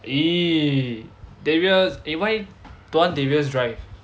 !ee! darius eh don't want darius drive